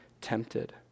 tempted